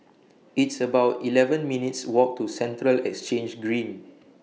It's about eleven minutes' Walk to Central Exchange Green